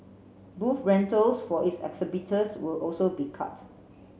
booth rentals for its exhibitors will also be cut